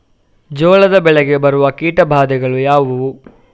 ಜೋಳದ ಬೆಳೆಗೆ ಬರುವ ಕೀಟಬಾಧೆಗಳು ಯಾವುವು?